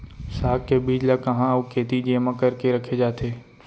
साग के बीज ला कहाँ अऊ केती जेमा करके रखे जाथे?